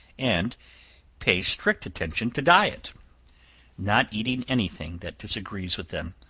and pay strict attention to diet not eating any thing that disagrees with them.